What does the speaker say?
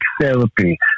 therapy